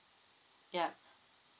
yeah